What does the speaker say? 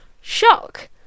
Shock